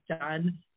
done